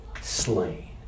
slain